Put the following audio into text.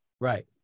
Right